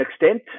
extent